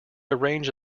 arrange